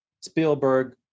Spielberg